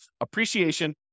appreciation